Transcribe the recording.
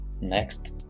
Next